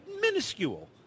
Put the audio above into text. minuscule